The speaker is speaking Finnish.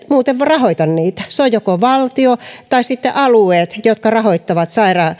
muuten rahoita niitä se on joko valtio tai sitten alueet jotka rahoittavat